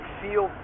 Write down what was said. feel